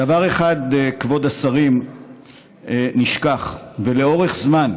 דבר אחד, כבוד השרים, נשכח, ולאורך זמן,